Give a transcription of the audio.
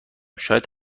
شاید